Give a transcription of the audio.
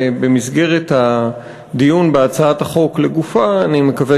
ובמסגרת הדיון בהצעת החוק לגופה אני מקווה